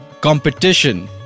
competition